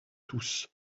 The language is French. tous